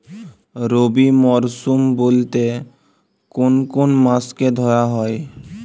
রবি মরশুম বলতে কোন কোন মাসকে ধরা হয়?